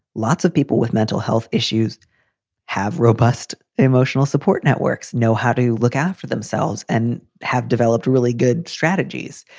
lots of people with mental health issues have robust emotional support. networks know how to look after themselves and have developed really good strategies.